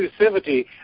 exclusivity